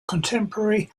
contemporary